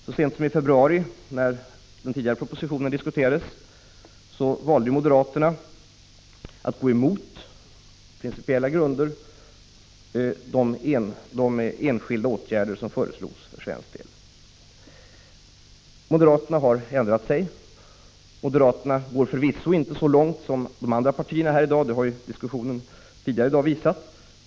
Så sent som i februari, när den tidigare propositionen diskuterades, valde moderaterna på principiella grunder att gå emot de enskilda åtgärder som föreslogs för svensk del. Moderaterna har ändrat sig. Moderaterna går förvisso inte så långt som de andra partierna. Det har diskussionen tidigare i dag visat.